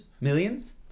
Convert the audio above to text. Millions